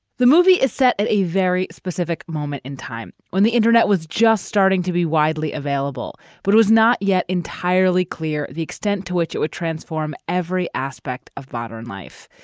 the movie is set at a very specific moment in time when the internet was just starting to be widely available, but it was not yet entirely clear the extent to which it would transform every aspect of modern life.